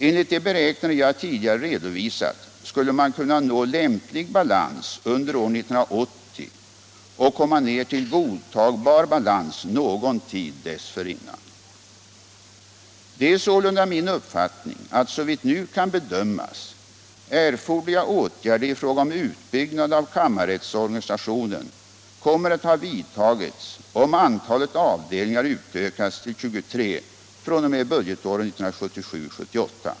Enligt de beräkningar jag tidigare redovisat skulle man kunna nå lämplig balans under år 1980 och komma ner till godtagbar balans någon tid dessförinnan. Det är sålunda min uppfattning att, såvitt nu kan bedömas, erforderliga åtgärder i fråga om utbyggnad av kammarrättsorganisationen kommer att ha vidtagits om antalet avdelningar utökas till 23 fr.o.m. budgetåret 1977/78.